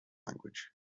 language